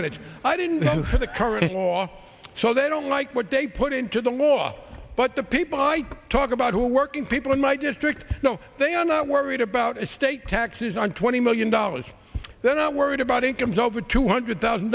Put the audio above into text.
minutes i didn't vote for the current law so they don't like what they put into the law but the people i talk about who are working people in my district they are not worried about a state taxes on twenty million dollars they're not worried about incomes over two hundred thousand